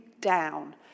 down